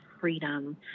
freedom